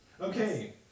Okay